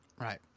Right